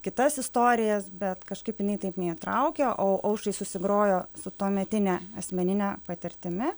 kitas istorijas bet kažkaip jinai taip neįtraukė o aušrai susidorojo su tuometine asmenine patirtimi